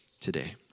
today